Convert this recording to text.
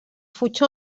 fuig